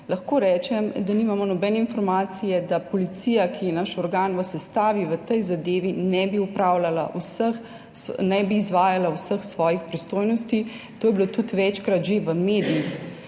lahko rečem, da nimamo nobene informacije, da policija, ki je naš organ v sestavi, v tej zadevi ne bi opravljala vseh, ne bi izvajala vseh svojih pristojnosti. To je bilo tudi večkrat že v medijih,